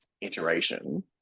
iteration